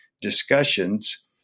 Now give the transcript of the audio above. discussions